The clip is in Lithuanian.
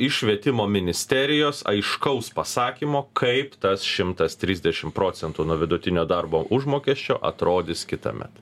iš švietimo ministerijos aiškaus pasakymo kaip tas šimtas trisdešim procentų nuo vidutinio darbo užmokesčio atrodys kitąmet